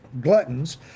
gluttons